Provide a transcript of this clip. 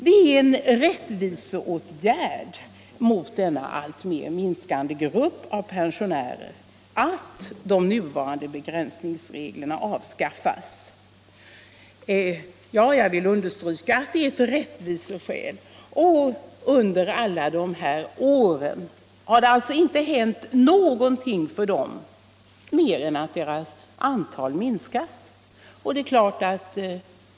Det är en rättviseåtgärd mot denna alltmer minskande grupp av pensionärer att de nuvarande begränsningsreglerna avskaffas. Jag vill understryka att det är rättviseskäl som ligger bakom min uppfattning. Under alla dessa år har det alltså inte hänt någonting för dessa änkor — mer än att deras antal har minskat.